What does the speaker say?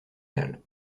gall